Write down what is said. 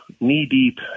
knee-deep